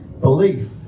belief